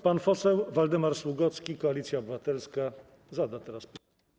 Pan poseł Waldemar Sługocki, Koalicja Obywatelska, zada teraz pytanie.